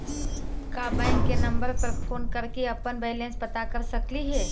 का बैंक के नंबर पर फोन कर के अपन बैलेंस पता कर सकली हे?